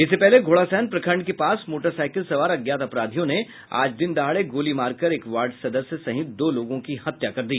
इससे पहले घोड़ासहन प्रखंड के पास मोटरसाईकिल सवार अज्ञात अपराधियों ने आज दिन दहाड़े गोली मारकर एक वार्ड सदस्य सहित दो लोगों की हत्या कर दी